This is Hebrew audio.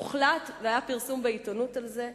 הוחלט, והיה פרסום בעיתונות על זה,